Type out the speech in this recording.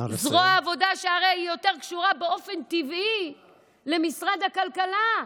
זרוע העבודה הרי יותר קשורה באופן טבעי למשרד הכלכלה.